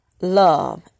love